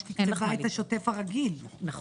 הצבעה בעד, פה